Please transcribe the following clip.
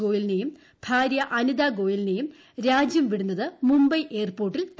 ഗോയലിനേയും ഭാര്യ അനിത ഗോയലിനേയും രാജ്യം വിടുന്നത് മുംബൈ എയർപോർട്ടിൽ തടഞ്ഞു